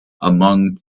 among